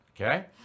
Okay